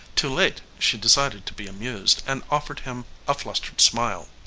too late she decided to be amused, and offered him a flustered smile.